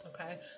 Okay